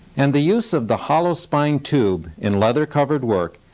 and the use of the hollow spine tube in leather-covered work,